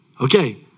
okay